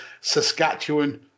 Saskatchewan